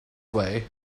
way